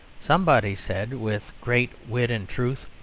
somebody said, with great wit and truth,